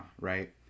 right